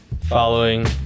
following